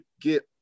get